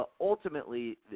ultimately